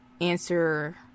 Answer